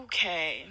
Okay